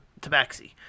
tabaxi